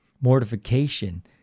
mortification